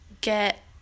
get